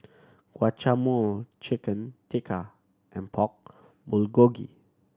Guacamole Chicken Tikka and Pork Bulgogi